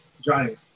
Johnny